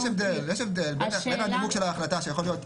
יש הבדל בין הנימוק של ההחלטה שיכול להיות: